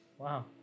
Wow